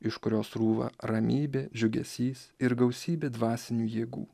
iš kurio srūva ramybė džiugesys ir gausybė dvasinių jėgų